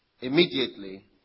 immediately